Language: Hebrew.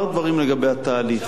כמה דברים לגבי התהליך,